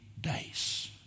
days